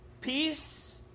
peace